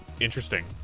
interesting